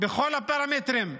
בכל הפרמטרים,